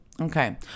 Okay